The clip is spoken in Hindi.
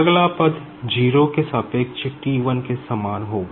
अगला पद 0 के सापेक्ष T 1 के समान होगा